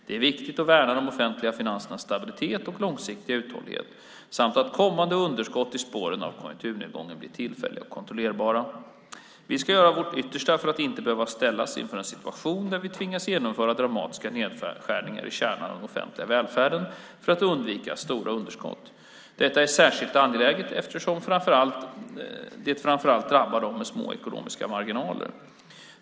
Det är viktigt att värna de offentliga finansernas stabilitet och långsiktiga uthållighet samt att kommande underskott i spåren av konjunkturnedgången blir tillfälliga och kontrollerbara. Vi ska göra vårt yttersta för att inte behöva ställas inför en situation där vi tvingas genomföra dramatiska nedskärningar i kärnan av de offentliga välfärdssystemen för att undvika stora underskott. Detta är särskilt angeläget eftersom det framför allt drabbar dem med små ekonomiska marginaler.